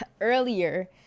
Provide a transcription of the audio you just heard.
earlier